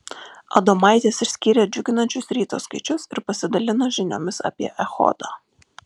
adomaitis išskyrė džiuginančius ryto skaičius ir pasidalino žiniomis apie echodą